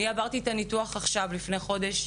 עברתי את הניתוח הצרפתי לפני חודש,